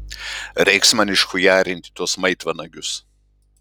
reiks man išchujarinti tuos maitvanagius